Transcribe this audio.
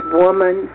woman